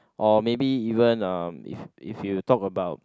or maybe even uh if if you talk about